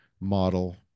model